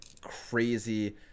crazy